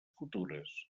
futures